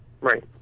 Right